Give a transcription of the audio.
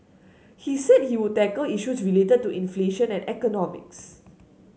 he said he would tackle issues related to inflation and economics